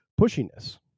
pushiness